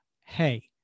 hey